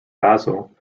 basil